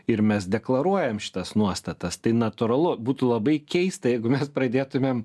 ir mes deklaruojam šitas nuostatas tai natūralu būtų labai keista jeigu mes pradėtumėm